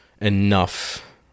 enough